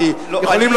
כי יכולים,